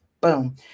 boom